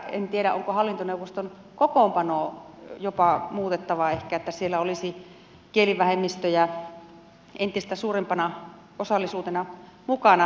en tiedä onko hallintoneuvoston kokoonpanoa jopa ehkä muutettava että siellä olisi kielivähemmistöjä entistä suurempana osallisuutena mukana